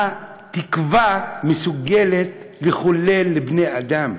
מה תקווה מסוגלת לחולל לבני-אדם?